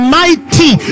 mighty